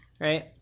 Right